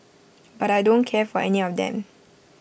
but I don't care for any of them